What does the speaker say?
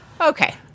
Okay